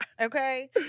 Okay